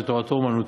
שתורתו אומנותו,